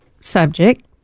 subject